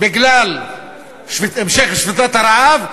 בגלל המשך שביתת הרעב,